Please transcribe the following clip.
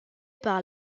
par